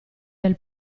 del